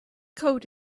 coat